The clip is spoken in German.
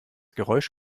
geräusch